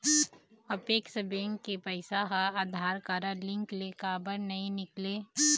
Apex bank के पैसा हा आधार कारड लिंक ले काबर नहीं निकले?